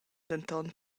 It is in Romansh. denton